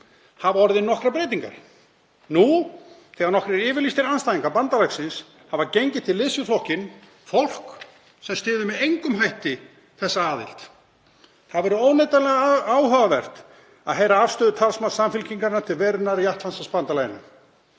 hafa orðið nokkrar breytingar nú þegar nokkrir yfirlýstir andstæðingar bandalagsins hafa gengið til liðs við flokkinn, fólk sem styður með engum hætti þessa aðild. Það verður óneitanlega áhugavert að heyra afstöðu talsmanns Samfylkingarinnar til verunnar í Atlantshafsbandalaginu.